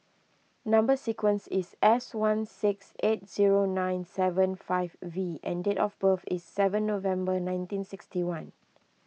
Number Sequence is S one six eight zero nine seven five V and date of birth is seven November nineteen sixty one